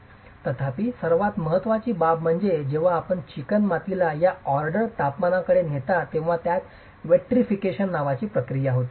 तथापि सर्वात महत्वाची बाब म्हणजे जेव्हा आपण चिकणमातीला या ऑर्डरच्या तापमानाकडे नेता तेव्हा त्यात विट्रीफिकेशन नावाची प्रक्रिया होते ठीक आहे